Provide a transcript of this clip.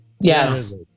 Yes